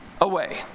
away